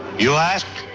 you ask,